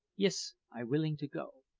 yis, i willing to go.